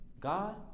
God